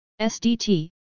SDT